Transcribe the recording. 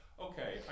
Okay